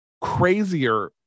crazier